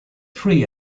free